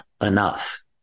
enough